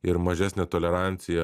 ir mažesnę toleranciją